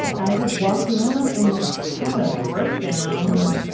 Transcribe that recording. i just walked around and had a breakdown. really.